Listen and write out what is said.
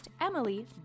Emily